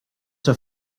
have